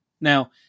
Now